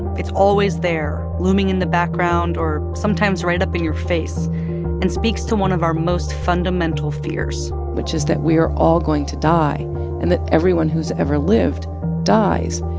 it's always there, looming in the background or sometimes right up in your face and speaks to one of our most fundamental fears which is that we are all going to die and that everyone who's ever lived dies.